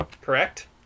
correct